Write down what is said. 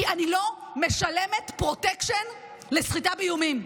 כי אני לא משלמת פרוטקשן לסחיטה באיומים.